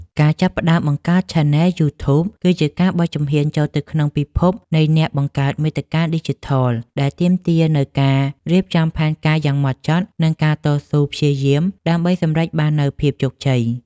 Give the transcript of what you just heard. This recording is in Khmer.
ការចាប់ផ្តើមបង្កើតឆានែលយូធូប គឺជាការបោះជំហានចូលទៅក្នុងពិភពនៃអ្នកបង្កើតមាតិកាឌីជីថល ដែលទាមទារនូវការរៀបចំផែនការយ៉ាងហ្មត់ចត់ និងការតស៊ូព្យាយាមដើម្បីសម្រេចបាននូវភាពជោគជ័យ។